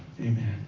Amen